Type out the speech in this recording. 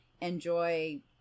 enjoy